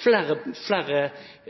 flere